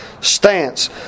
stance